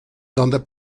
donde